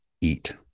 eat